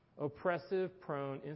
oppressive-prone